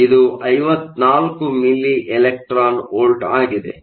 ಇದು 54 milli eV ಆಗಿದೆ